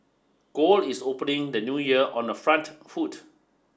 gold is opening the new year on the front foot